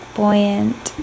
buoyant